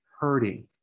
hurting